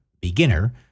beginner